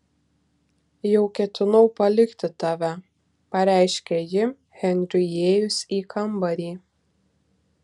jau ketinau palikti tave pareiškė ji henriui įėjus į kambarį